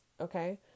Okay